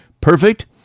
perfect